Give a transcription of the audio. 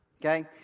okay